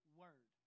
word